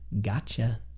Gotcha